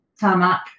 Tarmac